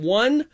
one